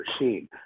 machine